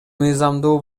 мыйзамдуу